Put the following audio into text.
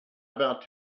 about